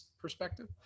perspective